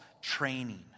training